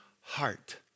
heart